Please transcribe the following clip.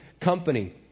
company